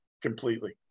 completely